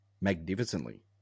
magnificently